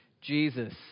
Jesus